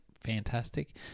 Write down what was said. Fantastic